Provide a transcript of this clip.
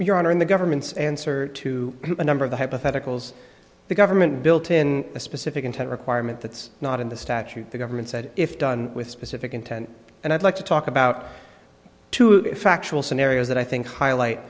you're honoring the government's answer to a number of the hypotheticals the government built in a specific intent requirement that's not in the statute the government said if done with specific intent and i'd like to talk about two factual scenarios that i think highlight